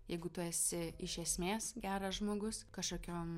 jeigu tu esi iš esmės geras žmogus kažkokiom